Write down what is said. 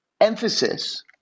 emphasis